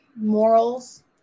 morals